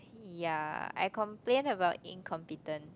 ya I complain about incompetence